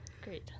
great